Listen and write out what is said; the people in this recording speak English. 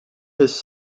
his